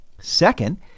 Second